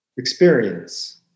Experience